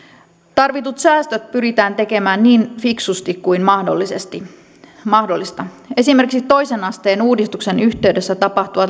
tarvitut säästöt pyritään tekemään niin fiksusti kuin mahdollista esimerkiksi toisen asteen uudistuksen yhteydessä tapahtuvat